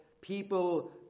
People